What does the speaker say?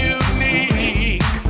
unique